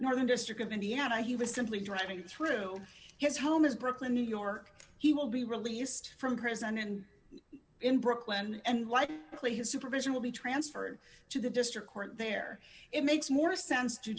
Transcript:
northern district of indiana he was simply driving through his home is brooklyn new york he will be released from prison and in brooklyn and like play his supervision will be transferred to the district court there it makes more sense